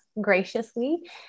graciously